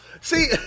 See